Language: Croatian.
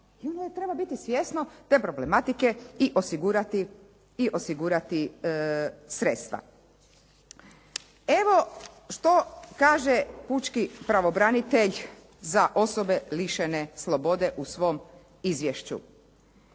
treba biti svjesno te problematike i osigurati sredstva. Evo što kaže pučki pravobranitelj za osobe lišene slobode u svom izvješću.